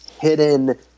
hidden